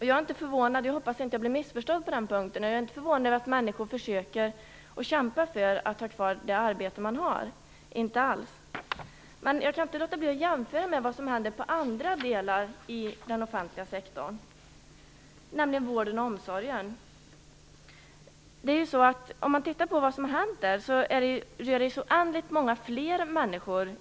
Jag är inte förvånad över att människor kämpar för att ha kvar det arbete man har - jag hoppas att jag inte blir missförstådd på den punkten. Inte alls! Men jag kan inte låta bli att jämföra med vad som händer inom andra delar av den offentliga sektorn, nämligen inom vården och omsorgen.